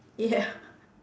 ya